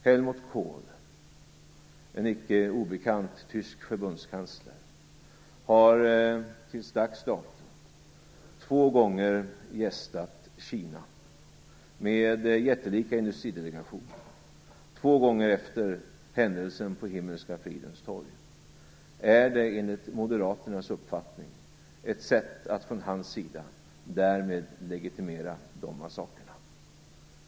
Helmut Kohl, en icke obekant tysk förbundskansler, har två gånger efter händelserna på Himmelska fridens torg gästat Kina med jättelika industridelegationer. Är det enligt Moderaternas uppfattning ett sätt att från hans sida därmed legitimera dessa massakrer?